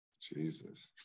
Jesus